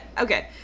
okay